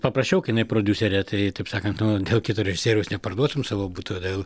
paprašiau kai jinai prodiuserė tai taip sakant dėl kito režisieriaus neparduotum savo buto dėl